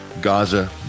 Gaza